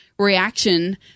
reaction